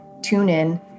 TuneIn